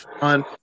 fun